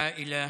בעולם הערבי,